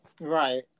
Right